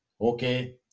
okay